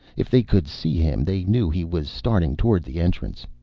if they could see him they knew he was starting toward the entrance.